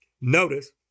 Notice